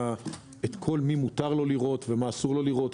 למי מותר לראות ולמי אסור לראות,